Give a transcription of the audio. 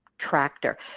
tractor